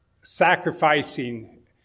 sacrificing